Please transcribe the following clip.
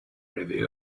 review